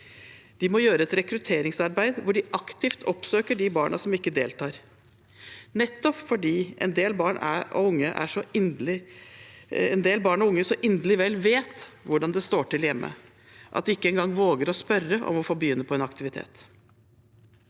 De må gjøre et rekrutteringsarbeid hvor de aktivt oppsøker de barna som ikke deltar, nettopp fordi en del barn og unge så inderlig vel vet hvordan det står til hjemme at de ikke engang våger å spørre om å få begynne på en aktivitet.